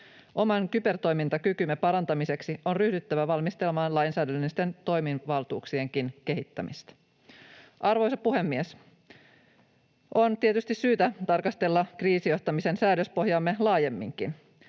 Oman kybertoimintakykymme parantamiseksi on ryhdyttävä valmistelemaan lainsäädännöllisten toimivaltuuksienkin kehittämistä. Arvoisa puhemies! On tietysti syytä tarkastella kriisijohtamisen säädöspohjaamme laajemminkin.